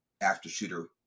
after-shooter